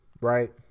right